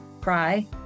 cry